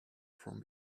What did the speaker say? from